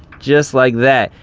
just like that.